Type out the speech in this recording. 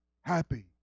happy